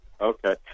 Okay